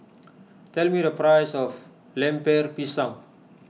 tell me the price of Lemper Pisang